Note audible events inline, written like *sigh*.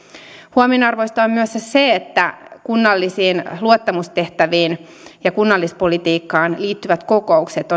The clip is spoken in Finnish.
huomionarvoista on myös se se että kunnallisiin luottamustehtäviin ja kunnallispolitiikkaan liittyvät kokoukset *unintelligible*